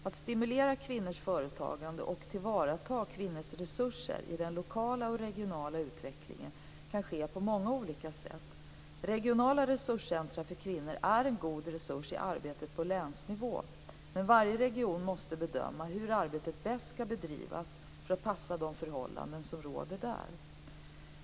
Att stimulera kvinnors företagande och tillvarata kvinnors resurser i den lokala och regionala utvecklingen kan ske på många olika sätt. Regionala resurscentrum för kvinnor är en god resurs i arbetet på länsnivå, men varje region måste bedöma hur arbetet bäst skall bedrivas för att passa de förhållanden som råder där.